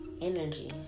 energy